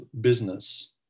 business